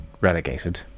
relegated